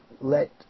let